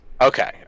Okay